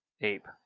ape